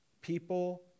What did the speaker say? People